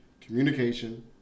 communication